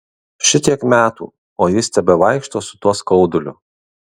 šitiek metų o jis tebevaikšto su tuo skauduliu